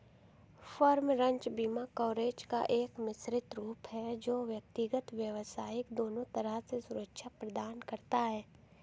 farm, ranch बीमा coverage का एक मिश्रित रूप है जो व्यक्तिगत, व्यावसायिक दोनों तरह से सुरक्षा प्रदान करता है